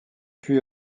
puis